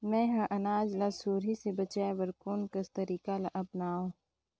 मैं ह अनाज ला सुरही से बचाये बर कोन कस तरीका ला अपनाव?